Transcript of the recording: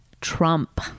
Trump